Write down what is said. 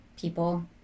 people